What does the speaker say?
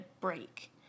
break